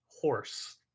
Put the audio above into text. horse